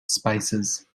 spaces